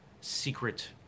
secret